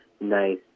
nice